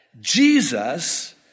Jesus